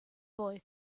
boy